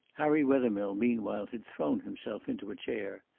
harry wethermill meanwhile had thrown himself into a chair.